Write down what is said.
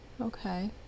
Okay